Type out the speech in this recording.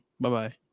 Bye-bye